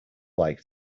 like